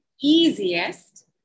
easiest